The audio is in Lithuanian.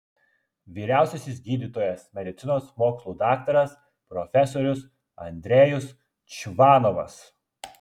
vyriausiasis gydytojas medicinos mokslų daktaras profesorius andrejus čvanovas